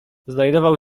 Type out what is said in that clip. znajdował